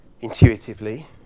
Intuitively